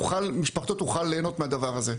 משפחתו תוכל ליהנות מהדבר הזה.